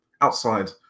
outside